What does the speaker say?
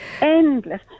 Endless